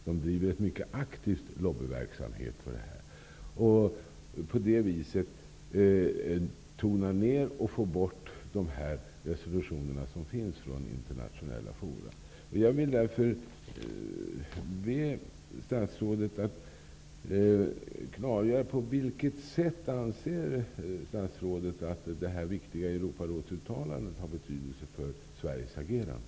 Man driver en mycket aktiv lobbyverksamhet för detta för att på det viset tona ner och få bort de resolutioner som avgetts i internationella fora. Jag vill be statsrådet om ett klargörande. På vilket sätt anser statsrådet att detta viktiga Europarådsuttalande har betydelse för Sveriges agerande?